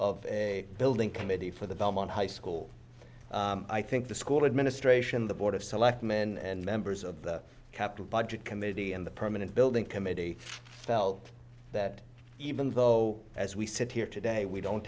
of a building committee for the belmont high school i think the school administration the board of selectmen and members of the capital budget committee and the permanent building committee felt that even though as we sit here today we don't